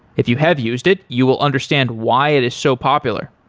if you have used it, you will understand why it is so popular.